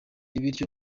bityo